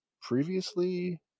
previously